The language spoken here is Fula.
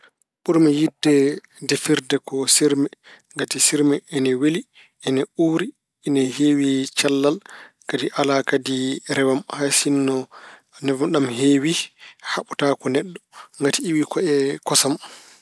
Ɓurmi yiɗde defirde ko sirme. Ngati sirme ina weli, ina uuri, ina heewi cellal, kadi alaa kadi rewam. Hay sinno nebam ɗam heewi, haɓotaako neɗɗo ngati iwi ko e kosam.